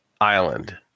Island